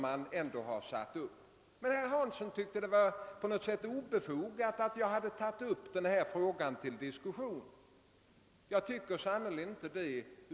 Men herr Hansson tyckte att det var obefogat att jag tagit upp denna fråga till diskussion. Jag tycker sannerligen inte det.